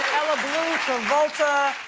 ella bleu travolta.